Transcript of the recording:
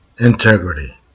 Integrity